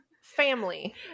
family